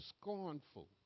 scornful